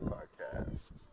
Podcast